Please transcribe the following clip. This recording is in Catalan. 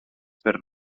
per